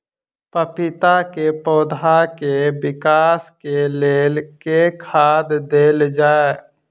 पपीता केँ पौधा केँ विकास केँ लेल केँ खाद देल जाए?